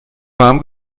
warm